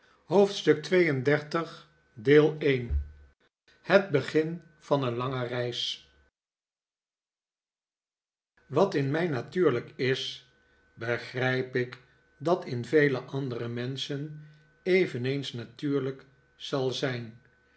hoofdstuk xxxii het begin van een lange reis wat in mij natuurlijk is begrijp ik dat in vele andere menschen eveneens natuurlijk zal zijn